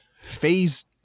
phase